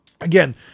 Again